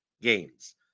games